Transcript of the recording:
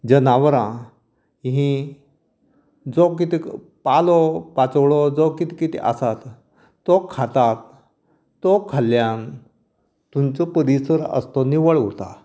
जनावरां हीं जो कितें पालो पाचोळो जो कित कितें आसा तो खाता तो खाल्ल्यान तुमचो परिसर आसता तो निवळ उरता